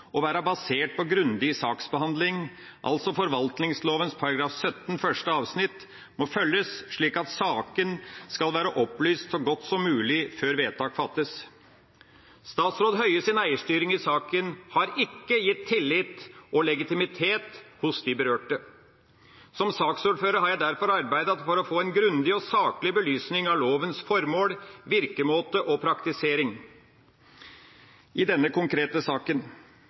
og være basert på grundig saksbehandling. Forvaltningsloven § 17 første avsnitt må altså følges, slik at saken skal være opplyst så godt som mulig før vedtak fattes. Statsråd Høies eierstyring i saken har ikke gitt tillit og legitimitet hos de berørte. Som saksordfører har jeg derfor arbeidet for å få en grundig og saklig belysning av lovens formål, virkemåte og praktisering i denne konkrete saken.